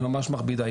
היא ממש מכבידה.